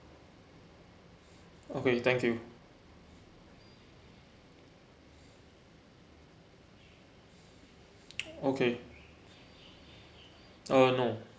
okay thank you okay uh no